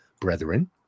brethren